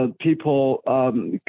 People